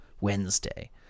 Wednesday